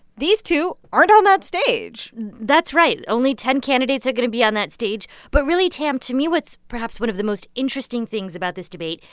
these two aren't on that stage that's right. only ten candidates are going to be on that stage. but really, tam, to me, what's perhaps one of the most interesting things about this debate,